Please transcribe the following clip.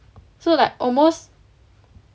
so like almost